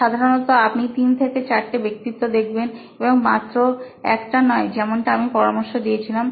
সাধারণত আপনি তিন থেকে চারটে ব্যক্তিত্ব দেখবেন এবং মাত্র একটা নয় যেমনটা আমি পরামর্শ দিয়েছিলাম